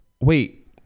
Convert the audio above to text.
wait